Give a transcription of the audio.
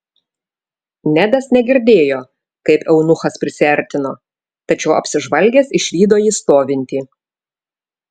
nedas negirdėjo kaip eunuchas prisiartino tačiau apsižvalgęs išvydo jį stovintį